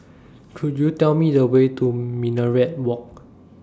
Could YOU Tell Me The Way to Minaret Walk